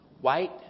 white